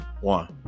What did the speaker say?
one